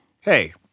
hey